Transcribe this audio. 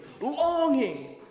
longing